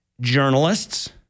journalists